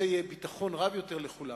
זה יביא ביטחון רב יותר לכולם.